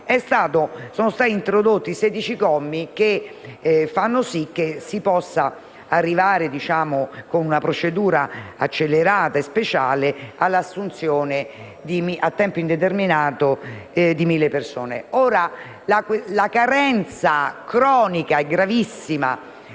sono stati introdotti sedici commi che fanno sì che si possa arrivare, con una procedura accelerata e speciale, all'assunzione a tempo indeterminato di mille persone. La carenza cronica e gravissima